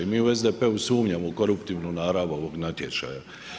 Mi u SDP-u sumnjamo u koruptivnu narav ovog natječaja.